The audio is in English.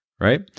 right